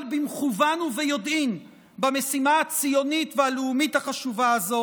במכוון וביודעין במשימה הציונית והלאומית החשובה הזו